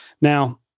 now